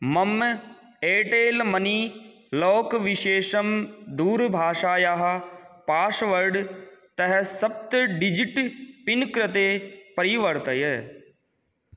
मम Airtel money lock विशेषं दूरभाषायाः पाश्वर्ड्तः सप्त डिजिट् पिन् कृते परिवर्तय